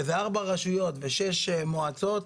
שזה ארבע רשויות ושש מועצות,